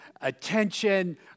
attention